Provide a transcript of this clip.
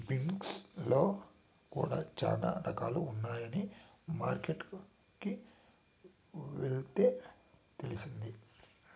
beans లో కూడా చానా రకాలు ఉన్నాయని మార్కెట్ కి వెళ్తే తెలిసింది